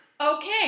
Okay